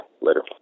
Later